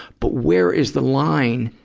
but where is the line